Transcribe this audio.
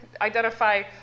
identify